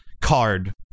card